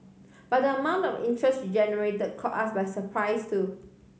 but the amount of interest she generated caught us by surprise too